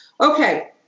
Okay